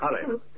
Hurry